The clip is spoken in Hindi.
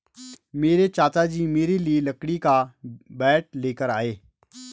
मेरे चाचा जी मेरे लिए लकड़ी का बैट लेकर आए